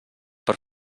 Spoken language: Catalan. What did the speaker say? per